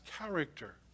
character